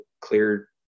clear